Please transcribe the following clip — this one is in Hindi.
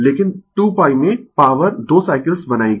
लेकिन 2 π में पॉवर 2 साइकल्स बनाएगी